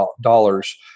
dollars